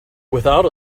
without